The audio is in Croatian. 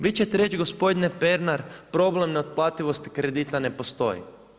Vi ćete reć gospodine Pernar, problem neotplativosti kredita ne postoji.